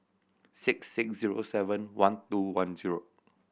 six six zero seven one two one zero